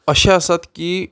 अशे आसात की